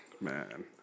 man